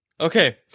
Okay